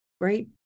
right